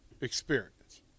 experience